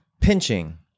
pinching